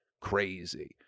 crazy